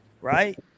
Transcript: right